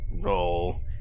roll